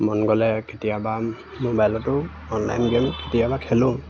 মন গ'লে কেতিয়াবা ম'বাইলতো অনলাইন গেম কেতিয়াবা খেলোঁ